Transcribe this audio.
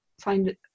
find